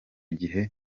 gihe